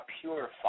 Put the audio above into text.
purified